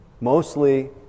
mostly